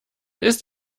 ist